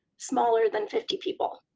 smaller than fifty people.